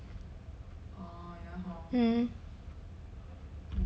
hmm